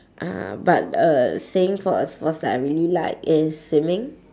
ah but uh saying for a sports that I really like is swimming